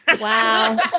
wow